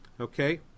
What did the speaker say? Okay